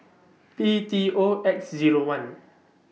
P T O X Zero one